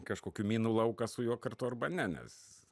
kažkokių minų lauką su juo kartu arba ne nes